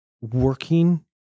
working